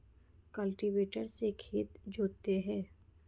cultivator से खेत जोतते हैं